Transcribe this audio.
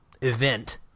event